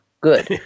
good